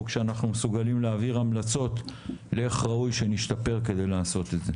כשאנחנו מסוגלים להעביר המלצות איך ראוי שנשתפר כדי לעשות את זה.